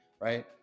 Right